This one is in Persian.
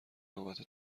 نوبت